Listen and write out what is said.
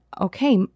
okay